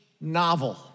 novel